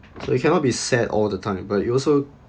so you cannot be sad all the time but you also